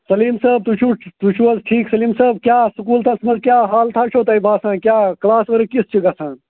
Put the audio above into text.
سلیٖم صٲب تُہۍ چھُو تُہۍ چھُو حظ ٹھیٖک سلیٖم صٲب کیٛاہ سکوٗلَس منٛز کیٛاہ حالتاہ چھو تۄہہِ باسان کیٛاہ کلاس ؤرٕک کِژھ چھِ گَژھان